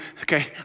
Okay